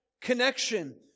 connection